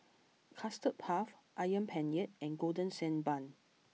Custard Puff Ayam Penyet and Golden Sand Bun